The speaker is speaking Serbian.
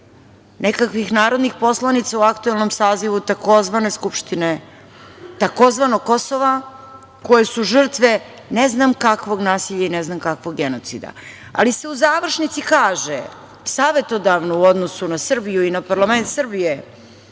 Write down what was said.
nekakvih narodnih poslanica u aktuelnom sazivu tzv. skupštine tzv. Kosova koje su žrtve ne znam kakvog nasilja i ne znam kakvog genocida. Ali se u završnici kaže, savetodavno u odnosu na Srbiju i na parlament Srbije,